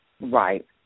Right